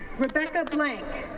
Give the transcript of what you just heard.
rebecca blank,